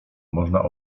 można